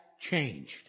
changed